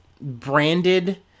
branded